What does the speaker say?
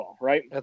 right